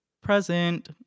Present